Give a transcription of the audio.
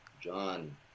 John